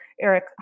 Eric